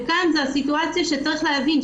וכאן זה הסיטואציה שצריך להבין,